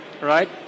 right